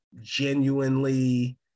genuinely